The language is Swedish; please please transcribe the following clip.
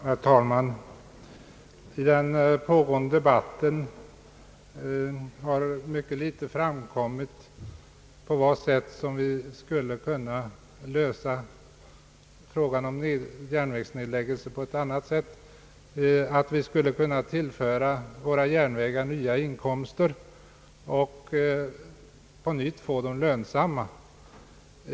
Herr talman! I den pågående debatten har det icke framkommit några förslag om att undgå järnvägsnedläggelserna genom att tillföra våra järnvägar nya inkomster och på nytt få dem lönsamma.